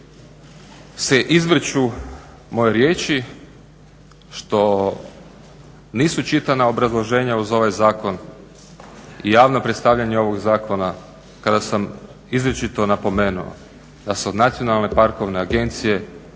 se izvrću moje riječi, što nisu čitana obrazloženja uz ovaj zakon i javno predstavljanje ovog zakona kada sam izričito napomenuo da se od Nacionalne parkovne agencije